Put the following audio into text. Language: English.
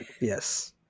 Yes